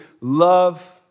love